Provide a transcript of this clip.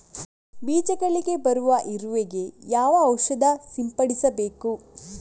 ಬೀಜಗಳಿಗೆ ಬರುವ ಇರುವೆ ಗೆ ಯಾವ ಔಷಧ ಸಿಂಪಡಿಸಬೇಕು?